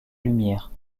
lumière